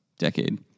decade